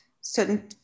certain